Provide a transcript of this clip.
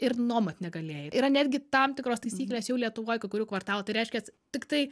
ir nuomot negalėjai yra netgi tam tikros taisyklės jau lietuvoj kai kurių kvartalų tai reiškias tiktai